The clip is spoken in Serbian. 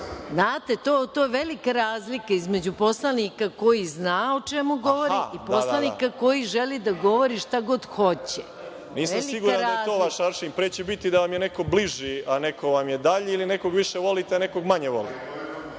znate, to je velika razlika između poslanika koji zna o čemu govori i poslanika koji želi da govori šta god hoće. **Boško Obradović** Nisam siguran da je to vaš aršin, pre će biti da vam je neko bliži, a neko vam je dalji ili nekog više volite, a nekog manje volite,